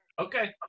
Okay